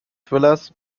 thrillers